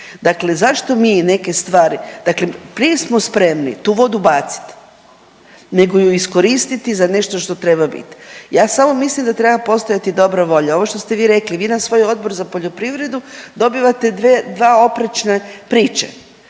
Dakle, zašto mi ne neke stvari, dakle prije smo spremi tu vodu bacit nego ju iskoristit za nešto što treba bit. Ja samo mislim da treba postojati dobra volja. Ovo što ste vi rekli vi na svoj Odbor za poljoprivredu dobivate dva oprečne priče,